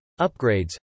upgrades